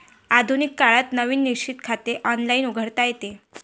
आधुनिक काळात नवीन निश्चित खाते ऑनलाइन उघडता येते